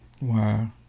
Wow